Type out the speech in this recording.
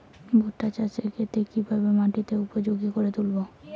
ভুট্টা চাষের ক্ষেত্রে কিভাবে মাটিকে উপযোগী করে তুলবো?